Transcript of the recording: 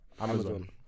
Amazon